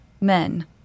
men